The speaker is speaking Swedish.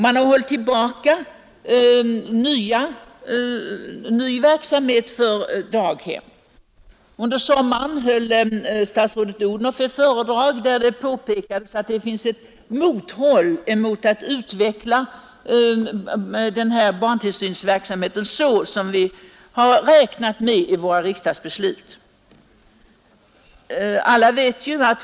Man håller tillbaka ny verksamhet med daghem. I somras påpekade statsrådet Odhnoff i ett föredrag att det finns ett mothåll när det gäller att utveckla barntillsynsverksamheten på det sätt som vi har räknat med i våra riksdagsbeslut.